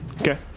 Okay